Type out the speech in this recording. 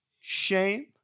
shame